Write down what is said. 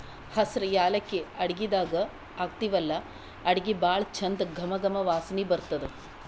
ಹಸ್ರ್ ಯಾಲಕ್ಕಿ ಅಡಗಿದಾಗ್ ಹಾಕ್ತಿವಲ್ಲಾ ಅಡಗಿ ಭಾಳ್ ಚಂದ್ ಘಮ ಘಮ ವಾಸನಿ ಬರ್ತದ್